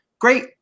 great